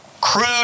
crude